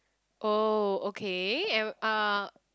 oh okay and uh